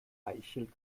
eichel